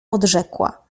odrzekła